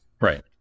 Right